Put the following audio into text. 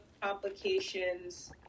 complications